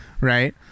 right